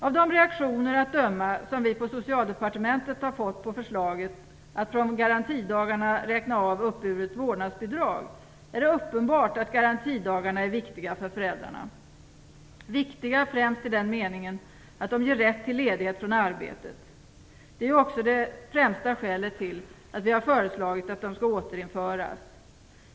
Av de reaktioner att döma som vi på Socialdepartementet har fått på förslaget att från garantidagarna räkna av uppburet vårdnadsbidrag är det uppenbart att garantidagarna är viktiga för föräldrarna. De är viktiga främst i den meningen att de ger rätt till ledighet från arbetet. Det var också det främsta skälet till att vi har föreslagit att de skall återinföras.